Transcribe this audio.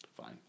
fine